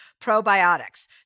probiotics